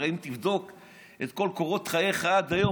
הרי אם תבדוק את כל קורות חייך עד היום,